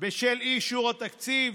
בשל אי-אישור התקציב,